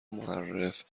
معرف